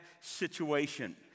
situation